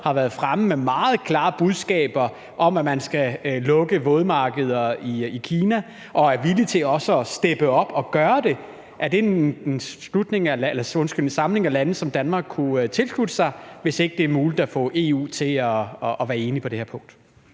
har været fremme med meget klare budskaber om, at man skal lukke vådmarkeder i Kina, og også er villige til at steppe op og gøre det. Er det en samling af lande, som Danmark kunne tilslutte sig, hvis ikke det er muligt at få EU til at være enig på det her punkt?